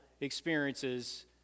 experiences